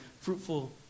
fruitful